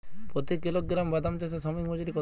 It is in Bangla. প্রতি কিলোগ্রাম বাদাম চাষে শ্রমিক মজুরি কত?